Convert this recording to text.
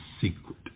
secret